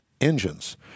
engines